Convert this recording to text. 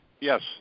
Yes